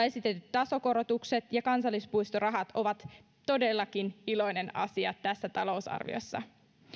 esitetyt tasokorotukset ja kansallispuistorahat ovat todellakin iloinen asia tässä talousarviossa